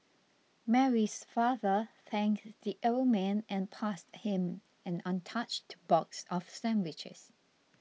Mary's father thanks the old man and passed him an untouched box of sandwiches